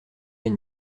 une